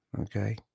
okay